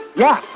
yeah,